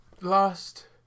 last